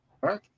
Right